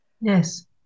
Yes